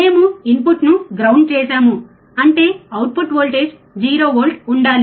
మేము ఇన్పుట్ను గ్రౌండ్ చేసాము అంటే అవుట్పుట్ వోల్టేజ్ 0 వోల్ట్ ఉండాలి